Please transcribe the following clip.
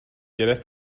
گرفت